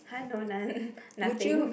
!huh! no none nothing